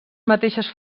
mateixes